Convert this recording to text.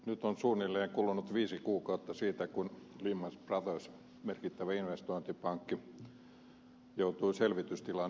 nyt on suunnilleen kulunut viisi kuukautta siitä kun lehman brothers merkittävä investointipankki joutui selvitystilaan yhdysvalloissa